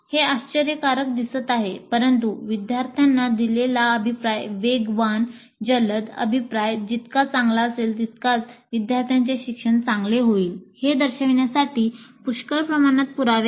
हे आश्चर्यकारक दिसत आहे परंतु विद्यार्थ्यांना दिलेला अभिप्राय वेगवान जलद अभिप्राय जितका चांगला असेल तितकाच विद्यार्थ्यांचे शिक्षण चांगले होईल हे दर्शविण्यासाठी पुष्कळ प्रमाणात पुरावे आहेत